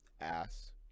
ass